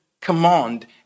command